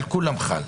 על כולם חל.